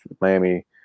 Miami